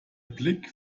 blick